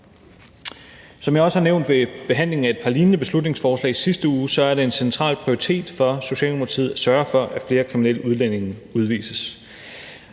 Som jeg også har nævnt ved behandlingen af et par lignende beslutningsforslag i sidste uge, er det en central prioritet for Socialdemokratiet at sørge for, at flere kriminelle udlændinge udvises.